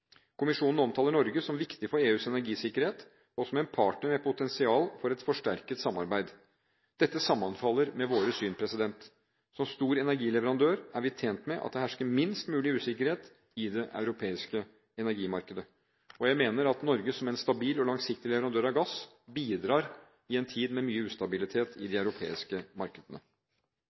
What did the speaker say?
Kommisjonen omtaler Norge som viktig for EUs energisikkerhet og som en partner med potensial for et forsterket samarbeid. Dette sammenfaller med våre syn. Som stor energileverandør er vi tjent med at det hersker minst mulig usikkerhet i det europeiske energimarkedet. Jeg mener at Norge som en stabil og langsiktig leverandør av gass bidrar i en tid med mye ustabilitet i de europeiske markedene.